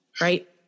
Right